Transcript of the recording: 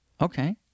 Okay